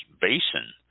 basin